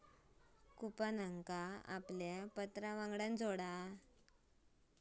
कूपनका आपल्या पत्रावांगडान जोडा